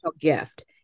gift